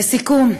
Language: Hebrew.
לסיכום,